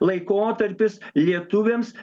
laikotarpis lietuviams